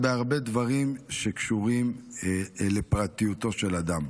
בהרבה דברים שקשורים לפרטיותו של אדם.